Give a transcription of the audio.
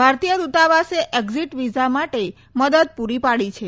ભારતીય દૂતાવાસે exit visa માટે મદદ પૂરી પાડી છે